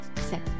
set